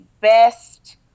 best